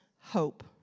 hope